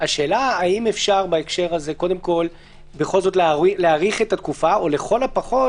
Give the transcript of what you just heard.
השאלה אם אפשר להאריך את התקופה או לכל הפחות,